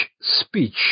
speech